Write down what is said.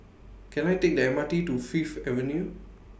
Can I Take The M R T to Fifth Avenue